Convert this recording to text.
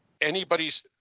anybody's